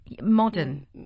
modern